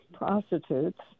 Prostitutes